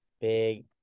Big